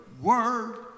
word